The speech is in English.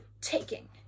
taking